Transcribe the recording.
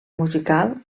musical